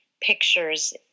pictures